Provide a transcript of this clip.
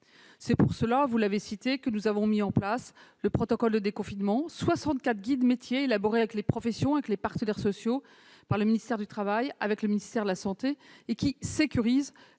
C'est pour cela, vous l'avez cité, que nous avons mis en place le protocole de déconfinement, à savoir 64 guides métiers élaborés avec les professions, avec les partenaires sociaux, par le ministère du travail, en liaison avec le ministère de la santé, et qui sécurisent